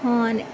હા અને